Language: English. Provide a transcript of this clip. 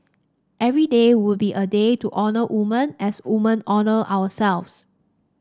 every day would be a day to honour woman as woman honour ourselves